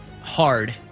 hard